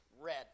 red